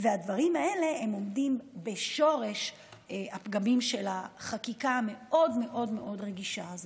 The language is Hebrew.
הדברים האלה עומדים בשורש הפגמים של החקיקה המאוד-מאוד מאוד רגישה הזאת.